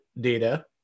data